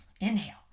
Inhale